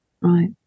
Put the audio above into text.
Right